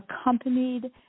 accompanied